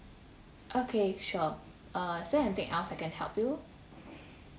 okay sure uh is there anything else I can help you